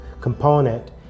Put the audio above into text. component